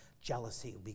Jealousy